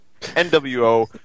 NWO